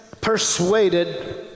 persuaded